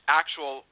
actual